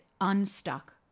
unstuck